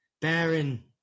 Baron